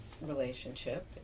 relationship